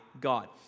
God